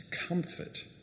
comfort